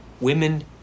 Women